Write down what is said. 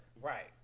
Right